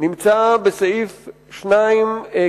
נמצא בסעיף 2(2),